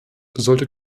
sollte